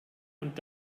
und